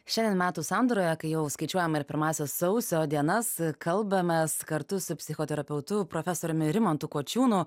šiandien metų sandūroje kai jau skaičiuojam ir pirmąsias sausio dienas kalbamės kartu su psichoterapeutu profesoriumi rimantu kočiūnu